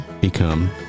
become